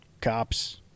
Cops